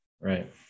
Right